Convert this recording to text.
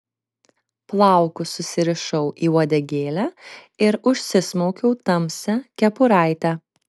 plaukus susirišau į uodegėlę ir užsismaukiau tamsią kepuraitę